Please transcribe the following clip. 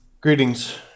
Greetings